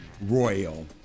Royal